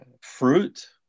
fruit